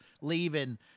leaving